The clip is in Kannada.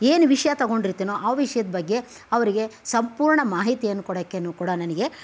ಏನು ವಿಷು ತಗೊಂಡಿರ್ತೀನೋ ಆ ವಿಷ್ಯದ ಬಗ್ಗೆ ಅವರಿಗೆ ಸಂಪೂರ್ಣ ಮಾಹಿತಿಯನ್ನು ಕೊಡೋಕ್ಕೇನು ಕೂಡ ನನಗೆ